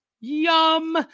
Yum